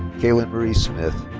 kaitlyn marie smith.